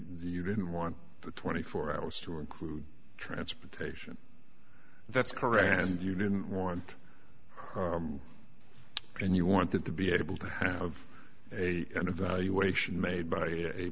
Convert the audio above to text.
you didn't want the twenty four hours to include transportation that's correct and you didn't want and you wanted to be able to have a evaluation made by a